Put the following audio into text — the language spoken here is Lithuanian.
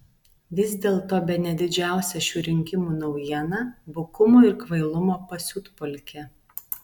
vis dėlto bene didžiausia šių rinkimų naujiena bukumo ir kvailumo pasiutpolkė